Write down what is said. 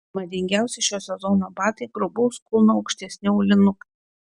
madingiausi šio sezono batai grubaus kulno aukštesni aulinukai